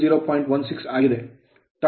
16 ಆಗಿದೆ